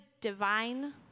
divine